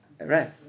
Right